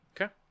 Okay